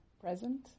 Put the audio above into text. present